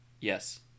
Yes